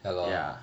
ya